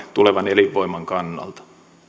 tulevan elinvoiman kannalta